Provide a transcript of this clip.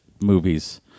movies